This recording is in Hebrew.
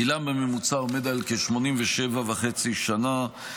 גילם הממוצע עומד על כ-87 וחצי שנים.